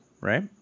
Right